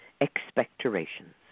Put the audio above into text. expectorations